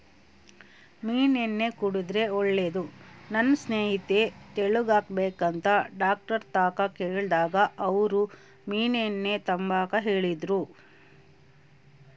ಮೀನೆಣ್ಣೆ ಕುಡುದ್ರೆ ಒಳ್ಳೇದು, ನನ್ ಸ್ನೇಹಿತೆ ತೆಳ್ಳುಗಾಗ್ಬೇಕಂತ ಡಾಕ್ಟರ್ತಾಕ ಕೇಳ್ದಾಗ ಅವ್ರು ಮೀನೆಣ್ಣೆ ತಾಂಬಾಕ ಹೇಳಿದ್ರು